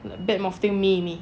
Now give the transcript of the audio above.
bad mouthing me me